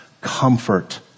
comfort